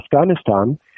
Afghanistan